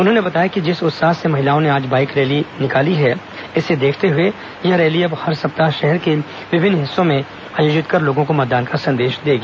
उन्होंने बताया कि जिस उत्साह से महिलाओं ने आज इस बाईक रैली में शामिल हुई है इसे देखते हुए यह रैली अब हर सप्ताह शहर के विभिन्न हिस्सों में आयोजित कर लोगों को मतदान का संदेश देगी